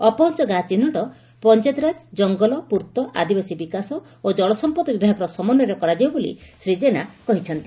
ଅପହଞ ଗାଁ ଚିହ୍ବଟ ପଞାୟତିରାଜ ଜଙ୍ଗଲ ପୂର୍ଭ ଆଦିବାସୀ ବିକାଶ ଓ ଜଳସଂପଦ ବିଭାଗର ସମନ୍ୱୟରେ କରାଯିବ ବୋଲି ଶ୍ରୀ ଜେନା କହିଛନ୍ତି